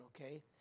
okay